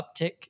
uptick